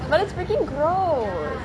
but it's freaking gross